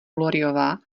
gloryová